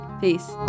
peace